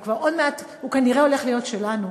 כי עוד מעט הוא כנראה הולך להיות שלנו,